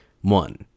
One